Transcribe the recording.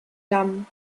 dam